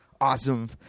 awesome